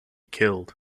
killed